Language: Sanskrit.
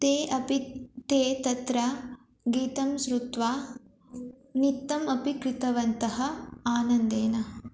ते अपि ते तत्र गीतं शृत्वा नृत्यम् अपि कृतवन्तः आनन्देन